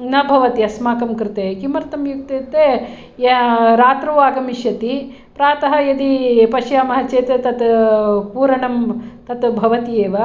न भवति अस्माकं कृते किमर्थं इत्युक्ते रात्रौ आगमिष्यति प्रातः यदि पश्यामः चेत् तत् पूरणं तत् भवति एव